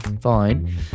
fine